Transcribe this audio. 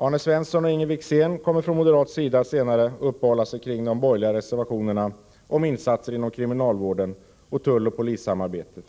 Arne Svensson och Inger Wickzén kommer från moderat sida senare att uppehålla sig vid de borgerliga reservationerna om insatser inom kriminalvården och tulloch polissamarbete.